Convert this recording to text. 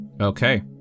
Okay